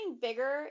bigger